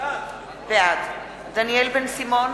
בעד דניאל בן-סימון,